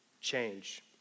change